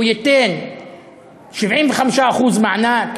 הוא ייתן 75% מענק,